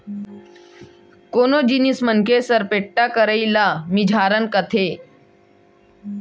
कोनो जिनिस मन के सरपेट्टा करई ल मिझारन कथें